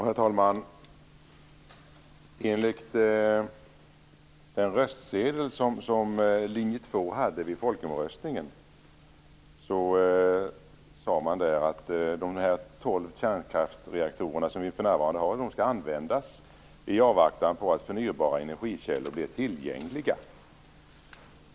Herr talman! Enligt den röstsedel som Linje 2 hade vid folkomröstningen skulle de tolv kärnkraftreaktorer som vi för närvarande har användas i avvaktan på att förnybara energikällor blir tillgängliga.